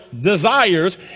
desires